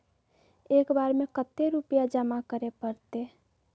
एक बार में कते रुपया जमा करे परते?